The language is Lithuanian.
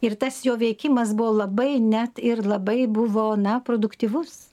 ir tas jo veikimas buvo labai net ir labai buvo na produktyvus